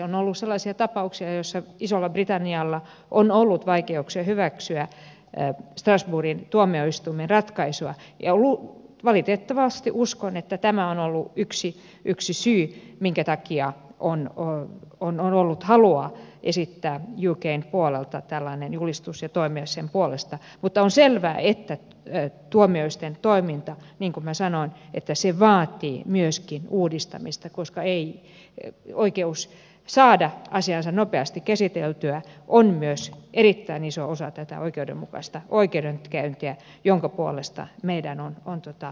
on ollut sellaisia tapauksia joissa isolla britannialla on ollut vaikeuksia hyväksyä strasbourgin tuomioistuimen ratkaisua ja valitettavasti uskon että tämä on ollut yksi syy jonka takia ukn puolelta on ollut halua esittää tällainen julistus ja toimia sen puolesta mutta on selvää että tuomioistuinten toiminta niin kuin minä sanoin vaatii myöskin uudistamista koska oikeus saada asiansa nopeasti käsiteltyä on myös erittäin iso osa oikeudenmukaista oikeudenkäyntiä jonka puolesta meidän on toimittava